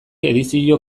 edizio